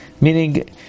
Meaning